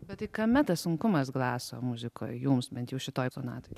bet tai kame tas sunkumas glaso muzikoj jums bent jau šitoj sonatoj